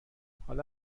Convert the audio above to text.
حالا